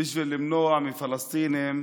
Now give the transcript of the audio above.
בשביל למנוע מפלסטינים